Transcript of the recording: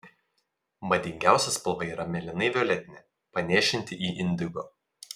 madingiausia spalva yra mėlynai violetinė panėšinti į indigo